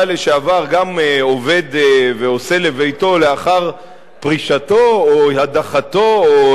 לשעבר גם עובד ועושה לביתו לאחר פרישתו או הדחתו או